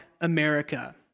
America